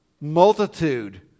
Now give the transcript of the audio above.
multitude